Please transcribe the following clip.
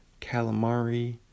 Calamari